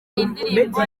indirimbo